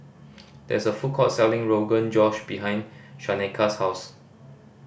there is a food court selling Rogan Josh behind Shaneka's house